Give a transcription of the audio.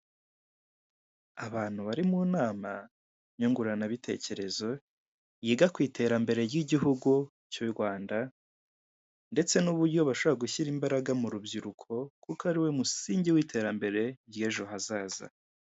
Abantu bari mu nama nyunguranabitekerezo, yiga ku iterambere ry'igihugu cy'u Rwanda, ndetse n'uburyo bashobora gushyira imbaraga mu rubyiruko, kuko ari wo musingi w'iterambere ry'ejo hazaza.